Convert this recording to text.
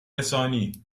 رسانی